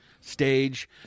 stage